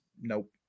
Nope